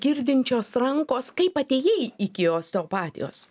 girdinčios rankos kaip atėjai iki osteopatijos